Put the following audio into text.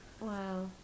wow